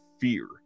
fear